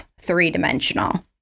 three-dimensional